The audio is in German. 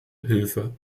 hilfe